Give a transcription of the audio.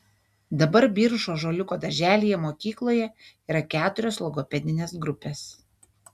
dabar biržų ąžuoliuko darželyje mokykloje yra keturios logopedinės grupės